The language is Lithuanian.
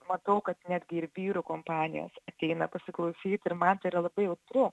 matau kad netgi ir vyrų kompanijos ateina pasiklausyt ir man tai yra labai jautru